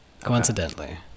coincidentally